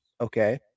okay